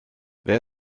wer